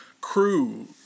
crew